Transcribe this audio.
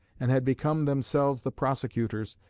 and had become themselves the prosecutors,